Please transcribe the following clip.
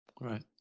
Right